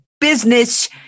business